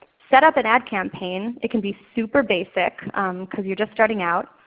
set up an ad campaign. it can be super basic because you're just starting out.